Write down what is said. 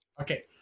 Okay